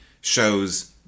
shows